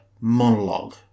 monologue